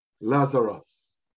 Lazarus